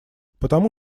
потому